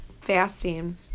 fasting